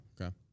okay